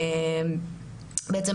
בעצם,